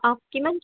অ কিমান